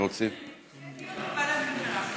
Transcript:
שיהיה דיון בוועדת הכלכלה.